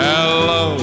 Hello